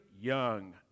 young